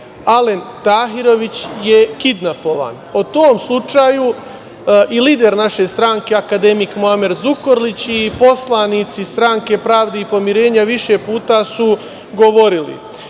Alen Tahirović je kidnapovan. O tom slučaju i lider naše stranke akademik Muamer Zukorlić i poslanici Stranke pravde i pomirenja više puta su govorili.